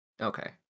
Okay